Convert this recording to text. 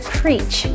preach